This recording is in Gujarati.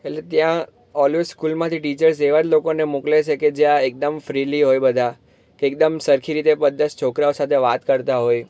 એટલે ત્યાં ઓલવેસ સ્કૂલમાંથી ટીચર્સ એવા જ લોકોને મોકલે છે કે જે એકદમ ફ્રીલી હોય બધા એકદમ સરખી રીતે બધા જ છોકરાઓ સાથે વાત કરતા હોય